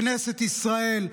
כנסת ישראל,